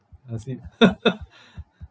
ask him